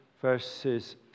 verses